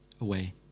away